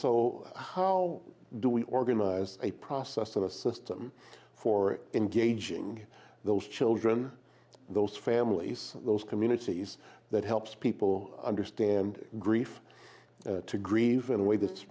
so how do we organize a process of a system for engaging those children those families those communities that helps people understand grief to grieve in a way that's